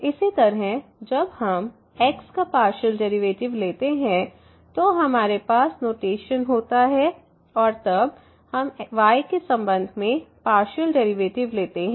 इसी तरह जब हम x का पार्शियल डेरिवेटिव्स लेते हैं तो हमारे पास नोटेशन होता है और तब हम y के संबंध में पार्शियल डेरिवेटिव लेते हैं